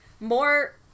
more